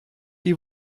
die